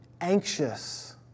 anxious